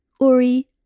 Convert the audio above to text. Uri